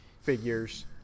figures